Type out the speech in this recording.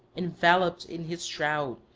enveloped in his shroud,